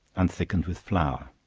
and thickened with flour.